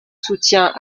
soutien